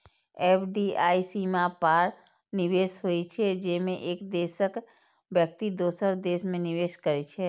FDI सीमा पार निवेश होइ छै, जेमे एक देशक व्यक्ति दोसर देश मे निवेश करै छै